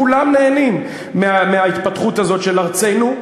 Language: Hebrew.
כולם נהנים מההתפתחות הזאת, של ארצנו,